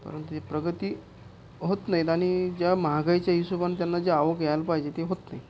कारण ती प्रगती होत नाहीत आणि ज्या महागाईच्या हिशोबानं त्यांना जे आवक याला पाहिजे ते होत नाही